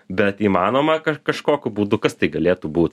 bet įmanoma kad kažkokiu būdu kas tai galėtų būt